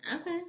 Okay